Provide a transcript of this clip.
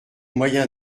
moyens